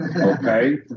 Okay